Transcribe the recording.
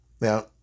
Now